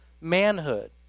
manhood